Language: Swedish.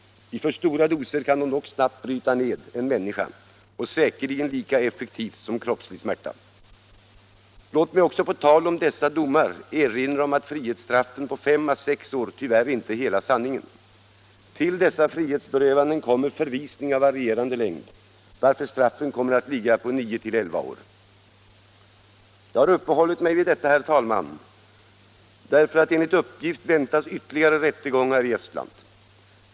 I för stora doser kan de dock snabbt bryta ned en människa, säkerligen lika effektivt som kroppslig smärta. Låt mig också på tal om dessa domar erinra om att frihetsstraffen på fem å sex år tyvärr inte är hela sanningen. Till dessa frihetsberövanden kommer så förvisning av varierande längd, varför straffen kommer att ligga på kanske nio till elva år. Jag har uppehållit mig vid detta, herr talman, bl.a. därför att enligt uppgift väntas ytterligare rättegångar i Estland.